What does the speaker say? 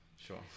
sure